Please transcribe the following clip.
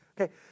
okay